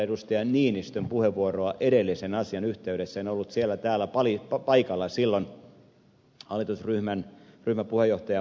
ville niinistön puheenvuoroa edellisen asian yhteydessä en ollut täällä paikalla silloin eduskuntaryhmän puheenjohtajan puheenvuoroa